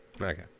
Okay